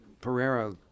Pereira